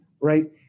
right